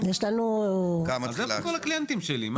אז איפה כל הקליינטים שלי?